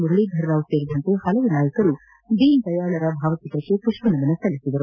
ಮುರಳೀಧರ ರಾವ್ ಸೇರಿದಂತೆ ಹಲವು ನಾಯಕರು ದೀನದಯಾಳ್ ಅವರ ಭಾವಚಿತ್ರಕ್ಕೆ ಪುಷ್ಟನಮನ ಸಲ್ಲಿಸಿದರು